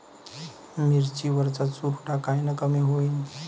मिरची वरचा चुरडा कायनं कमी होईन?